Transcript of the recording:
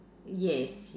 yes ye~